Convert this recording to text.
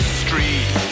street